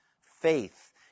faith